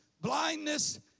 blindness